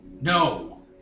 No